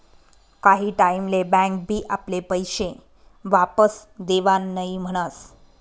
काही टाईम ले बँक बी आपले पैशे वापस देवान नई म्हनस